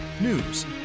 news